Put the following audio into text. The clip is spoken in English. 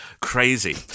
Crazy